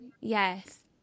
Yes